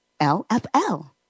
LFL